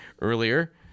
earlier